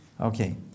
Okay